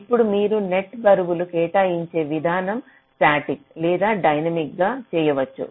ఇప్పుడు మీరు నెట్ బరువులు కేటాయించే విధానం స్టాటిక్ లేదా డైనమిక్ గా చేయవచ్చు